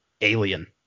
Alien